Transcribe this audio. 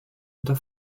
unter